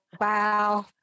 wow